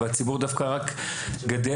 הציבור דווקא רק גדל.